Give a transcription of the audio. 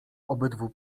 obydwu